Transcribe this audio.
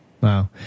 wow